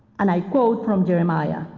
and i quote from jeremiah,